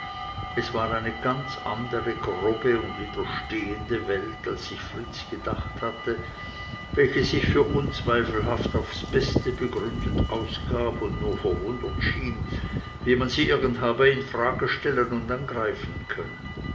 es war eine ganz andere grobe und widerstehende welt als sich fritz gedacht hatte welche sich für unzweifelhaft und aufs beste begründet ausgab und nur verwundert schien wie man sie irgend habe in frage stellen und angreifen können